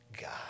God